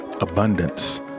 abundance